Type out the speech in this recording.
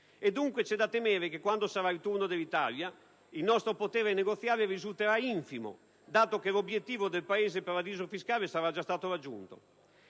dunque da temere che, quando sarà il turno dell'Italia, il nostro potere negoziale risulterà infimo, dato che l'obiettivo del Paese-paradiso fiscale sarà già stato raggiunto.